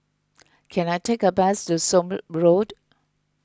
can I take a bus to Somme Road